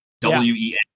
W-E-N